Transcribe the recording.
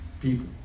People